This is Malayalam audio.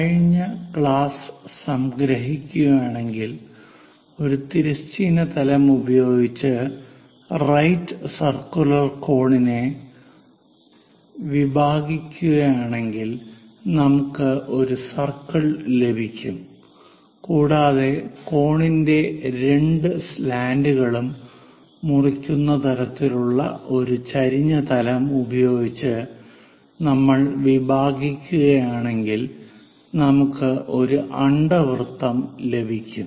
കഴിഞ്ഞ ക്ലാസ് സംഗ്രഹിക്കുകയാണെങ്കിൽ ഒരു തിരശ്ചീന തലം ഉപയോഗിച്ച് റൈറ്റ് സർക്കുലർ കോണിനെ വിഭാഗിക്കുകയാണെങ്കിൽ നമുക്ക് ഒരു സർക്കിൾ ലഭിക്കും കൂടാതെ കോണിന്റെ രണ്ട് സ്ലാന്റുകളും മുറിക്കുന്ന തരത്തിലുള്ള ഒരു ചെരിഞ്ഞ തലം ഉപയോഗിച്ച് നമ്മൾ വിഭാഗിക്കുകയാണെങ്കിൽ നമുക്ക് ഒരു അണ്ഡവൃത്തം ലഭിക്കും